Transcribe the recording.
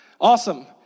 Awesome